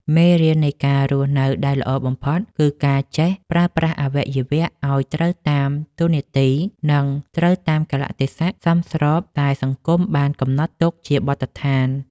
មេរៀននៃការរស់នៅដែលល្អបំផុតគឺការចេះប្រើប្រាស់អវយវៈឱ្យត្រូវតាមតួនាទី និង ត្រូវតាមកាលៈទេសៈសមស្របដែលសង្គមបានកំណត់ទុកជាបទដ្ឋាន។